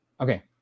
Okay